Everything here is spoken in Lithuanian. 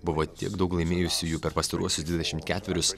buvo tiek daug laimėjusiųjų per pastaruosius dvidešimt ketverius